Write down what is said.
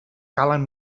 calen